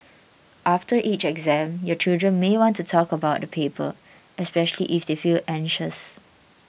after each exam your children may want to talk about the paper especially if they feel anxious